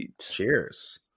Cheers